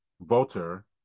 voter